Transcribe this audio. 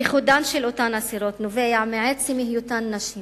ייחודן של אותן אסירות נובע מעצם היותן נשים